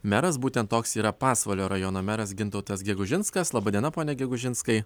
meras būtent toks yra pasvalio rajono meras gintautas gegužinskas laba diena pone gegužinskai